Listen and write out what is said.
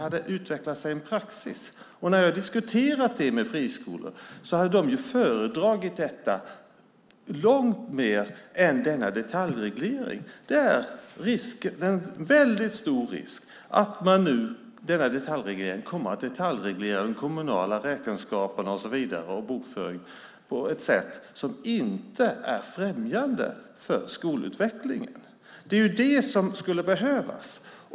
Det hade utvecklat sig en praxis, och när jag har diskuterat detta med friskolor har de sagt att de hade föredragit detta långt mer än denna detaljreglering. Det är en väldigt stor risk att denna detaljreglering kommer att detaljreglera de kommunala räkenskaperna och bokföringen på ett sätt som inte är främjande för skolutvecklingen. Men det är ett främjande som skulle behövas!